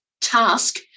task